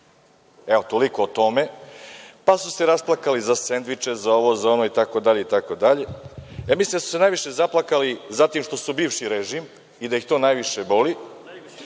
Toliko o tome. Pa, su se rasplakali za sendviče, za ovo za ono itd. Mislim da su se najviše zaplakali, zato što su bivši režim i da ih to najviše boli.A